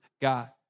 God